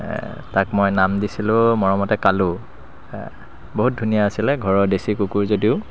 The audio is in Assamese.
তাক মই নাম দিছিলোঁ মৰমেত কালু বহুত ধুনীয়া আছিলে ঘৰৰ দেশী কুকুৰ যদিও